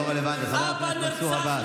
לא רלוונטי, חבר הכנסת מנסור עבאס.